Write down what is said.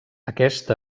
aquest